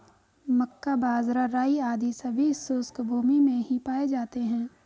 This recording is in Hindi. मक्का, बाजरा, राई आदि सभी शुष्क भूमी में ही पाए जाते हैं